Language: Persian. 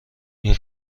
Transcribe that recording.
این